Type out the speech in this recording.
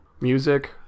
music